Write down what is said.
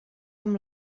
amb